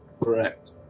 Correct